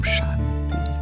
Shanti